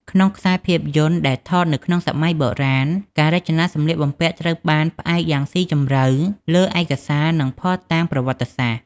ក្នុងខ្សែភាពយន្តដែលថតនៅក្នុងសម័យបុរាណ ការរចនាសម្លៀកបំពាក់ត្រូវបានផ្អែកយ៉ាងស៊ីជម្រៅលើឯកសារ និងភស្តុតាងប្រវត្តិសាស្ត្រ ។